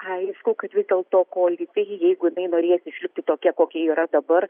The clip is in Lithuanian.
aišku kad vis dėlto ko lipi jeigu jinai norės išlikti tokia kokia yra dabar